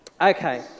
Okay